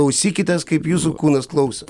klausykitės kaip jūsų kūnas klauso